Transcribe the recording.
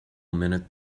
minute